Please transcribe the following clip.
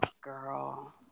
Girl